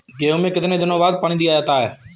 गेहूँ में कितने दिनों बाद पानी दिया जाता है?